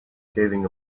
shaving